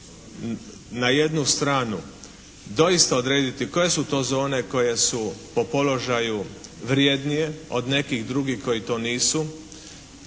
na jednu stranu doista odrediti koje su to zone koje su po položaju vrijednije od nekih drugih koji to nisu.